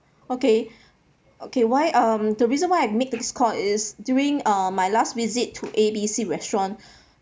okay okay why um the reason why I make the this call is during uh my last visit to A B C restaurant